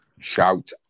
Shout